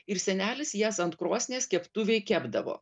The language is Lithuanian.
ir senelis jas ant krosnies keptuvėj kepdavo